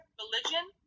religion